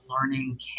learning